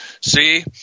See